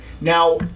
Now